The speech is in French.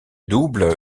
double